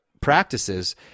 practices